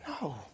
No